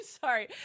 Sorry